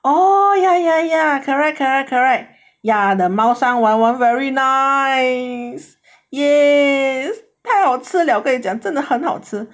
oh ya ya ya correct correct correct ya the 猫山王 [one] very nice yes 太好吃 liao 跟你讲真的很好吃